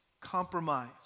compromise